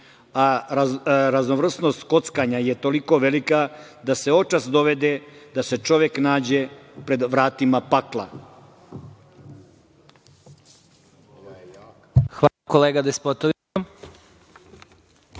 a raznovrsnost kockanja je toliko velika da se očas dovede da se čovek nađe pred vratima pakla. **Vladimir Marinković**